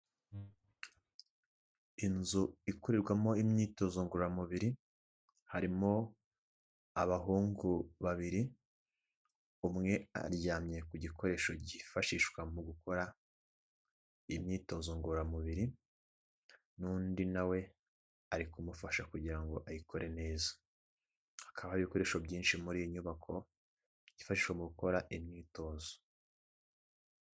Inzu ikurirwamo imyitozo ngororamubiri harimo abahungu babiri, umwe aryamye ku gikoresho cyifashishwa mu gukora imyitozo ngororamubiri n'undi na we ari kumufasha kugira ngo ayikore neza. Hakaba hari ari ibikoresho byinshi muri iyi nyubako ifasha gukora imyitozo.